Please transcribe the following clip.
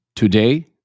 Today